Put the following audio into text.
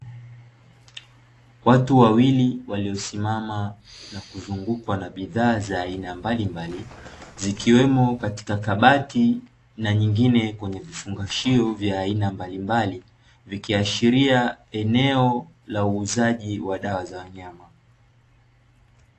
Watu wawili walio simama na kuzungukwa na bidhaa za aina mbalimbali, zikiwemo katika kabati na nyingine kwenye vifungashio vya aina mbalimbali, vikiashiria eneo la uuzaji wa dawa za wanyama.